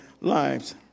lives